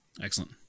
Excellent